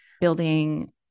building